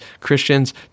Christians